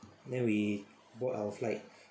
then we board our flight